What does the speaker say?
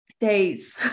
days